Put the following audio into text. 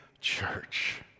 church